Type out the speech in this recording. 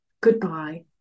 goodbye